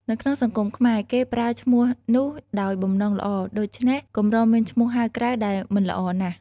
នៅក្នុងសង្គមខ្មែរ គេប្រើឈ្មោះនោះដោយបំណងល្អ ដូច្នេះ កម្រមានឈ្មោះហៅក្រៅដែលមិនល្អណាស់។